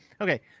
okay